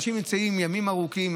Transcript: אנשים נמצאים ימים ארוכים,